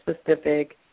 specific